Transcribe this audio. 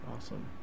Awesome